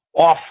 off